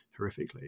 horrifically